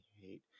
hate